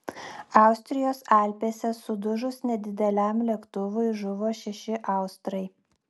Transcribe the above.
austrijos alpėse sudužus nedideliam lėktuvui žuvo šeši austrai